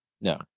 No